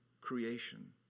creation